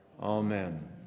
Amen